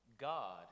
God